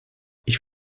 ich